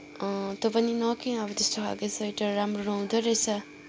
अँ तँ पनि नकिन अब त्यस्तो खालको स्वेटर राम्रो नहुँदोरहेछ